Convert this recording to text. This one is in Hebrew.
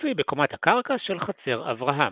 מצוי בקומת הקרקע של חצר אברהם.